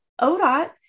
ODOT